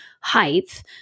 height